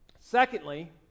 Secondly